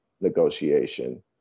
negotiation